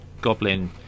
goblin